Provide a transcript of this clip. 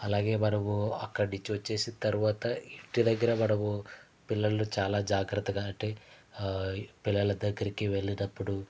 అలాగే మనము అక్కడినుంము పిల్లలు చాలా జాగ్రత్తగా అంటే పిల్లల దగ్గరికి వెళ్ళినప్పుడు